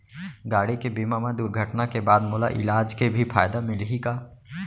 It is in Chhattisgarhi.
गाड़ी के बीमा मा दुर्घटना के बाद मोला इलाज के भी फायदा मिलही का?